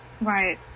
right